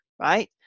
right